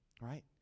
Right